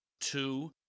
two